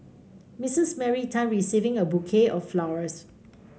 Mistress Mary Tan receiving a bouquet of flowers